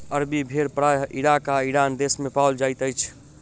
अरबी भेड़ प्रायः इराक आ ईरान देस मे पाओल जाइत अछि